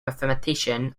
mathematician